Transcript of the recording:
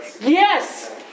Yes